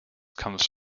comes